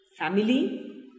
family